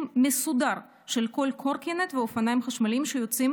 מסודר של כל קורקינט ואופניים חשמליים שיוצאים